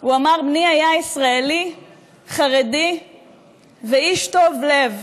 הוא אמר: בני היה ישראלי חרדי ואיש טוב לב.